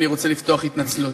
אני רוצה לפתוח התנצלות.